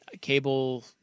cable